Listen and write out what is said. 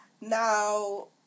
now